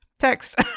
text